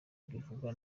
bivugwa